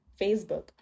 Facebook